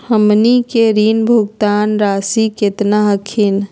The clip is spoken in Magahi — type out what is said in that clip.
हमनी के ऋण भुगतान रासी केतना हखिन?